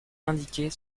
indiquées